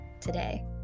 today